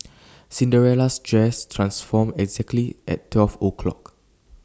Cinderella's dress transformed exactly at twelve o'clock